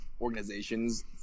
organizations